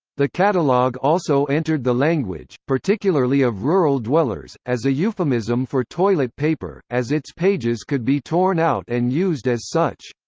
the catalog also entered the language, particularly of rural dwellers, as a euphemism for toilet paper, as its pages could be torn out and used as such.